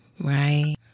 Right